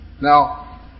Now